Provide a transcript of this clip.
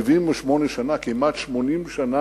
78 שנה, כמעט 80 שנה,